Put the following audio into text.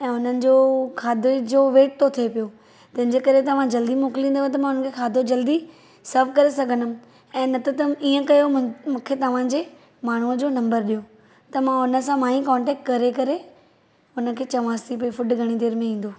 ऐं हुननि जो खाधे जो वेट थो थिए पियो तंहिंजे करे तव्हां जल्दी मोकलींदव त मां हुन खे खाधो जल्दी सर्व करे सघंदमि ऐं न त त इएं कयो मूंखे तव्हां जे माण्हूअ जो नंबरु ॾियो त मां हुन सां मां ई कांटेक्ट करे करे हुन खे चवांसि थी भई फुड घणी देर में ईंदो